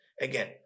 again